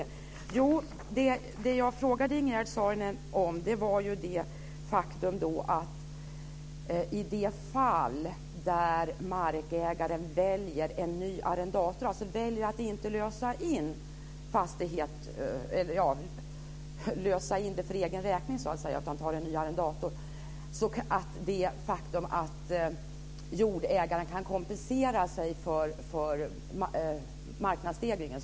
Det som jag frågade Ingegerd Saarinen om gällde det faktum att i det fall där markägaren väljer en ny arrendator, alltså väljer att inte lösa in fastigheten för egen räkning, kan jordägaren kompensera sig för prisstegringen.